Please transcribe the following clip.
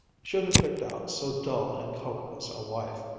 should have picked out so dull and colorless a wife.